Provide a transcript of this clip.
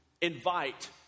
invite